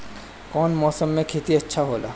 कौन मौसम मे खेती अच्छा होला?